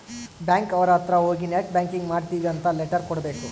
bank ಅವ್ರ ಅತ್ರ ಹೋಗಿ ನೆಟ್ ಬ್ಯಾಂಕಿಂಗ್ ಮಾಡ್ತೀವಿ ಅಂತ ಲೆಟರ್ ಕೊಡ್ಬೇಕು